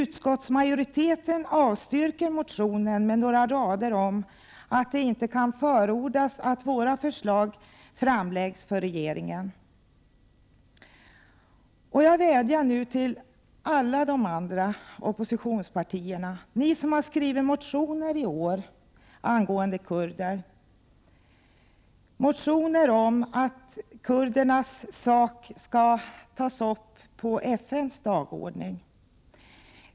Utskottsmajoriteten avstyrker motionen med några rader om att det inte kan förordas att våra förslag framläggs för regeringen. Jag vädjar nu till de andra oppositionspartierna som har skrivit motioner i år om kurdernas situation. Ni har skrivit motioner om att kurdernas sak skall tas upp på FN:s dagordning.